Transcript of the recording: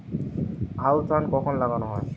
আউশ ধান কখন লাগানো হয়?